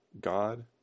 God